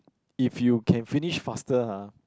if you can finish faster ah